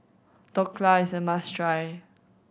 dhokla is a must try